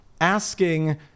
asking